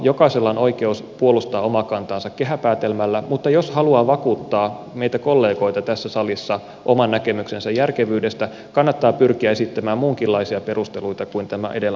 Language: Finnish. jokaisella on oikeus puolustaa omaa kantaansa kehäpäätelmällä mutta jos haluaa vakuuttaa meitä kollegoita tässä salissa oman näkemyksensä järkevyydestä kannattaa pyrkiä esittämään muunkinlaisia perusteluita kuin tämä edellä mainittu kehäpäätelmä